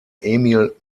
emil